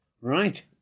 Right